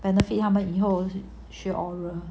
benefit 他们以后学 oral